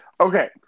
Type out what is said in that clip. Okay